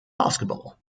basketball